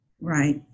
Right